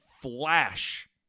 flash